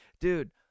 dude